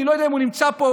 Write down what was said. אני לא יודע אם הוא נמצא פה,